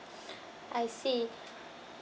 I see